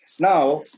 Now